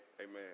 Amen